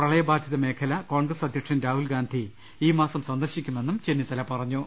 പ്രളയബാ ധിത മേഖല കോൺഗ്രസ് അധ്യക്ഷൻ രാഹുൽഗാന്ധി ഈ മാസം സന്ദർശിക്കുമെന്നും ചെന്നിത്തല പറഞ്ഞു